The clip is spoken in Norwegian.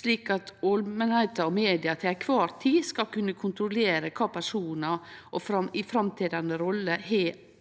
slik at ålmenta og media til ei kvar tid skal kunne kontrollere kva personar i framståande roller